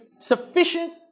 Sufficient